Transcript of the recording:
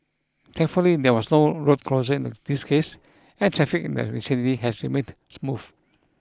thankfully there was no road closure in this case and traffic in vicinity has remained smooth